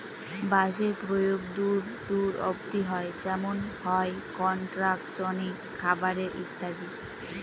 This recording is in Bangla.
বাঁশের প্রয়োগ দূর দূর অব্দি হয় যেমন হয় কনস্ট্রাকশনে, খাবারে ইত্যাদি